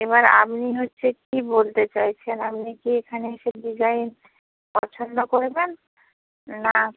এবার আপনি হচ্ছে কী বলতে চাইছেন আপনি কি এখানে এসে ডিজাইন পছন্দ করবেন না